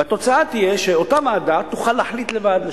והתוצאה תהיה שאותה ועדה תוכל להחליט לבד,